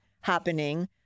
happening